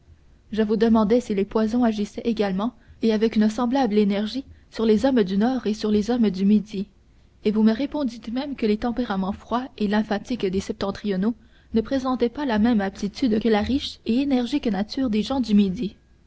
je vous demandais si les poisons agissaient également et avec une semblable énergie sur les hommes du nord et sur les hommes du midi et vous me répondîtes même que les tempéraments froids et lymphatiques des septentrionaux ne présentaient pas la même aptitude que la riche et énergique nature des gens du midi